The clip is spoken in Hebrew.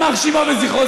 יימח שמו וזכרו,